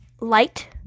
light